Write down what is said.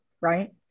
right